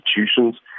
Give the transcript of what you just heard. institutions